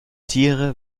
tiere